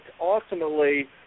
ultimately